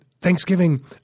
Thanksgiving –